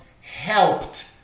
helped